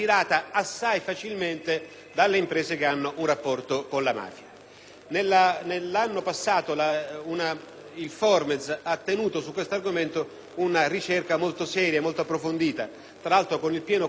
Nell'anno passato il FORMEZ ha svolto su questo argomento una ricerca molto seria e approfondita, tra l'altro con il pieno coinvolgimento delle prefetture di Roma, Napoli, Palermo e Catania,